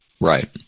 Right